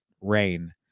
rain